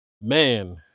Man